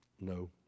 No